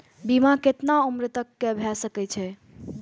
बीमा केतना उम्र तक के भे सके छै?